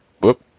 whoop